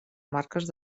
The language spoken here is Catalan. marques